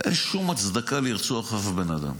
אין שום הצדקה לרצוח אף בן אדם,